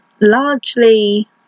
largely